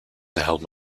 helm